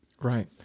Right